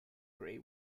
gray